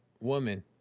woman